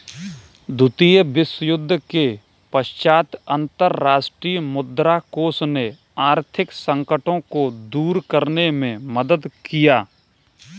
द्वितीय विश्वयुद्ध के पश्चात अंतर्राष्ट्रीय मुद्रा कोष ने आर्थिक संकटों को दूर करने में मदद किया